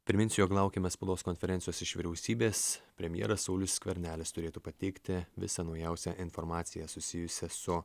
priminsiu jog laukiame spaudos konferencijos iš vyriausybės premjeras saulius skvernelis turėtų pateikti visą naujausią informaciją susijusią su